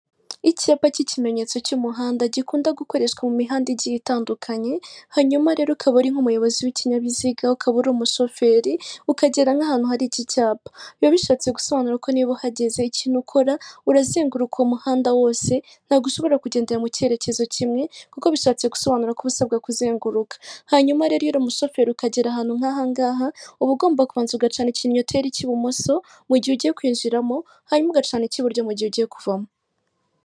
Icyapa cy'ikimenyetso cy'umuhanda gikunda gukoreshwa mu mihanda igiye itandukanye, hanyuma rero ukaba ari nk'umuyobozi w'ikinyabiziga, ukaba uri umushoferi ukagera nk'ahantu hari iki cyapa, biba bishatse gusobanura ko niba uhageze ikintu ukora urazenguruka umuhanda wose, ntabwo ushobora kugendera mu cyerekezo kimwe, kuko bishatse gusobanura ko uba usabwa kuzenguruka, hanyuma rero iyo uri umushoferi ukagera ahantu nk'aha ngaha uba ugomba kubanza ugacana ikinyoteri cy'ibumoso mu gihe ugiye kwinjiramo, hanyuma ugacana ik'iburyo mu gihe ugiye kuvamo.